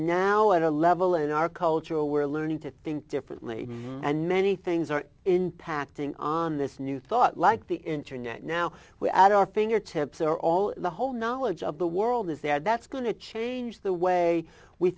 now at a level in our culture we're learning to think differently and many things are impacting on this new thought like the internet now we at our fingertips are all the whole knowledge of the world is that that's going to change the way we